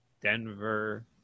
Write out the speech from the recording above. Denver